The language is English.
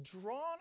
drawn